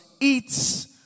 eats